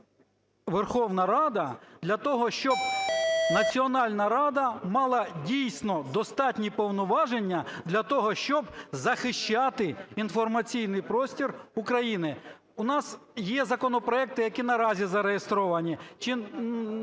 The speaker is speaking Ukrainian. рада мала, дійсно, достатні повноваження для того, щоб захищати інформаційний простір України? У нас є законопроекти, які наразі зареєстровані.